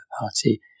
party